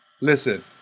listen